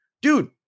Dude